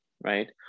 right